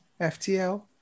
FTL